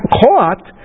caught